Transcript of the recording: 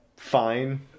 fine